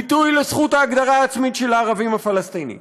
ביטוי לזכות להגדרה עצמית של הערבים הפלסטינים.